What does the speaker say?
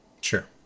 Sure